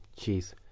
Jeez